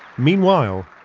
meanwhile,